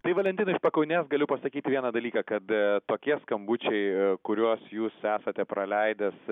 tai valentinai iš pakaunės galiu pasakyti vieną dalyką kad tokie skambučiai kuriuos jūs esate praleidęs